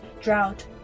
drought